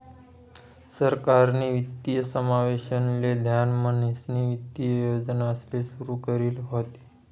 सरकारनी वित्तीय समावेशन ले ध्यान म्हणीसनी वित्तीय योजनासले सुरू करी व्हती